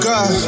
God